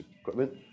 equipment